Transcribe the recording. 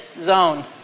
zone